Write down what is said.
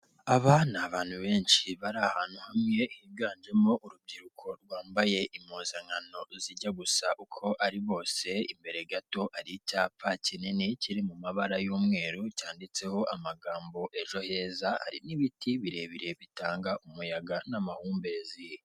Aba ni abantu benshi, bari ahantu hamwe higanjemo urubyiruko rwambaye impuzankano zijya gusa uko ari bose, imbere gato hari icyapa kinini kiri mu mabara y'umweru cyanditseho amagambo ejo heza, hari n'ibiti birebire bitanga umuyaga n'amahumbezi.